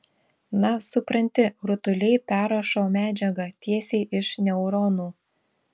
na supranti rutuliai perrašo medžiagą tiesiai iš neuronų